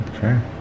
sure